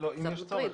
אם יש צורך.